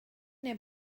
neu